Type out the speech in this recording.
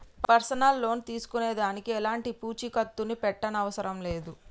personal loan తీసుకునే దానికి ఎలాంటి పూచీకత్తుని పెట్టనవసరం లేదు